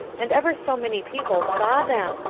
and ever so many people saw them,